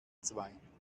zwei